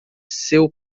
seu